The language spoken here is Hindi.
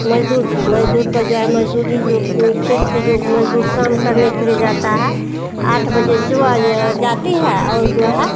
मजदूर पे मजदूर पर जो है मजदूरी जो खेत पे जो मजदूर काम करने जाता है आठ बजे सुबह जाती है और जो है